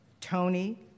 Tony